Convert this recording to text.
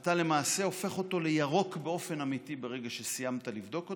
אתה למעשה הופך אותו לירוק באופן אמיתי ברגע שסיימת לבדוק אותו.